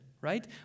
right